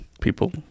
people